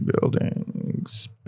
buildings